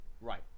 Right